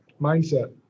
Mindset